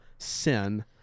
sin